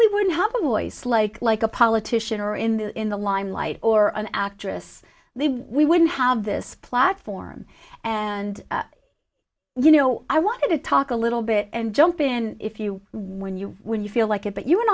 voice like like a politician or in the in the limelight or an actress we wouldn't have this platform and you know i want to talk a little bit and jump in if you when you when you feel like it but you wan